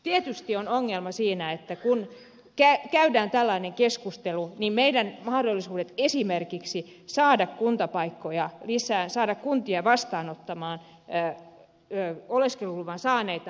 tietysti on ongelma siinä että kun käydään tällainen keskustelu niin meidän mahdollisuutemme esimerkiksi saada kuntapaikkoja lisää saada kuntia vastaanottamaan oleskeluluvan saaneita vaikeutuvat